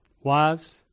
Wives